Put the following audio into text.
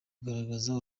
kugaragaza